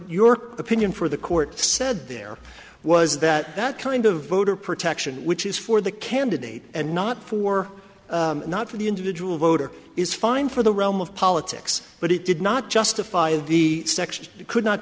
york opinion for the court said there was that that kind of voter protection which is for the candidate and not for not for the individual voter is fine for the realm of politics but it did not justify the you could not